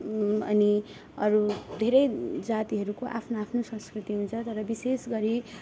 अनि अरू धेरै जातिहरूको आफ्नो आफ्नो संस्कृति हुन्छ तर विशेष गरी